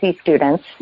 students